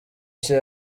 nshya